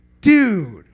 dude